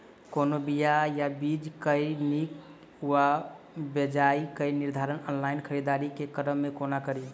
कोनों बीया वा बीज केँ नीक वा बेजाय केँ निर्धारण ऑनलाइन खरीददारी केँ क्रम मे कोना कड़ी?